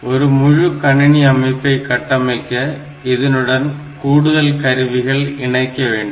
ஒரு முழு கணினி அமைப்பை கட்டமைக்க இதனுடன் கூடுதல் கருவிகளை இணைக்க வேண்டும்